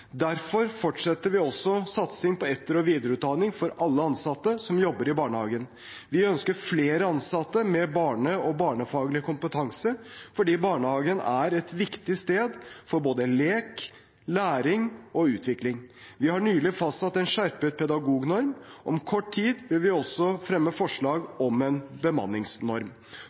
Derfor fortsetter vi også satsingen på etter- og videreutdanning for alle ansatte som jobber i barnehagen. Vi ønsker flere ansatte med barnefaglig kompetanse, fordi barnehagen er et viktig sted for både lek, læring og utvikling. Vi har nylig fastsatt en skjerpet pedagognorm. Om kort tid vil vi også fremme forslag om en bemanningsnorm.